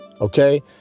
okay